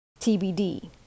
TBD